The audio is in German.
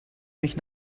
mich